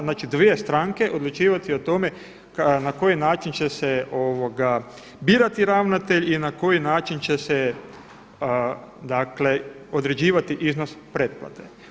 Znači dvije stranke odlučivati o tome na koji način će se birati ravnatelj i na koji način će se, dakle određivati iznos pretplate.